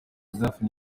delphin